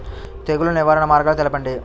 తెగులు నివారణ మార్గాలు తెలపండి?